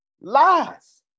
Lies